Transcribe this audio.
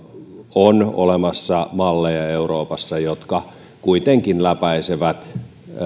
on olemassa malleja jotka kuitenkin läpäisevät